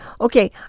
okay